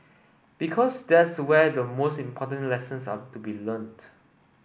because that's where the most important lessons are to be learnt